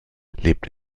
lebt